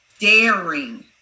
daring